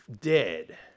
dead